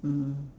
mm